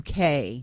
UK